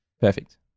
Perfect